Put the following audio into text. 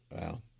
Wow